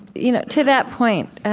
you know to that point